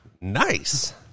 nice